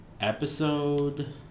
episode